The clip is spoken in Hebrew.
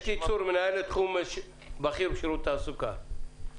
מנהלת תחום בכיר בשירות התעסוקה.